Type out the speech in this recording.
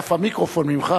חטף המיקרופון ממך.